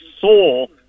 soul